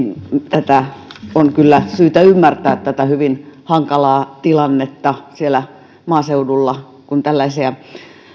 tätä on kyllä syytä ymmärtää tätä hyvin hankalaa tilannetta siellä maaseudulla kun tällaisia